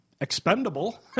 expendable